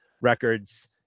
Records